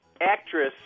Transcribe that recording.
actress